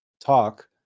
talk